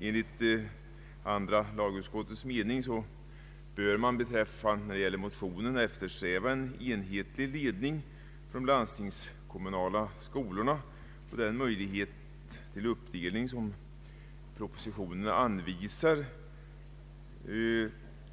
Enligt utskottets mening bör man eftersträva en enhetlig ledning för de landstingskommunala skolorna. Den möjlighet till uppdelning av ledningen som propositionen anvisar